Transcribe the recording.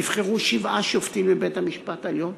נבחרו שבעה שופטים לבית-המשפט העליון,